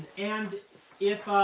and if